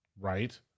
right